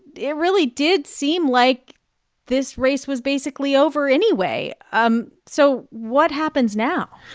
it really did seem like this race was basically over anyway. um so what happens now?